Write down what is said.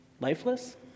lifeless